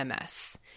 MS